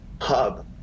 hub